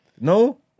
No